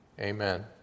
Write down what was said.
amen